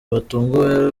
batunguwe